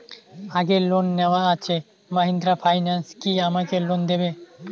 আগের লোন নেওয়া আছে মাহিন্দ্রা ফাইন্যান্স কি আমাকে লোন দেবে?